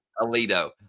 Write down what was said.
Alito